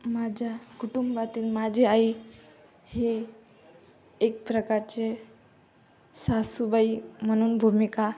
माझ्या कुटुंबातील माझी आई ही एक प्रकारचे सासूबाई म्हणून भूमिका